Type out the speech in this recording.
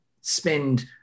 spend